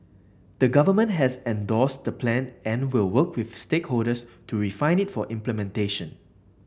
the Government has endorsed the Plan and will work with stakeholders to refine it for implementation